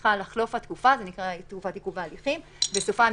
צריכה לחלוף התקופה היא נקראת תקופת עיכוב ההליכים ובסופה הם